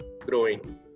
growing